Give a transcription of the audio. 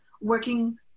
working